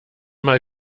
mal